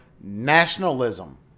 nationalism